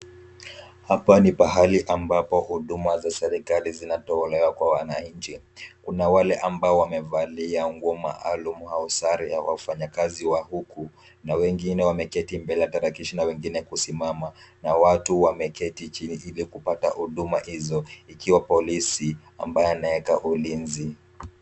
Hapa ni pahali ambapo huduma za serikali zinatolewa kwa wananchi. Kuna wale ambao wamevalia nguo maalum au sare ya wafanyakazi wa huku, na wengine wameketi mbele ya tarakishi, na wengine kusimama, na watu wameketi chini ili kupata huduma hizo. Ikiwa polisi ambaye anayekaa ulinzi.